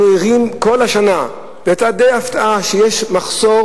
אנחנו ערים כל השנה, היתה די הפתעה שיש מחסור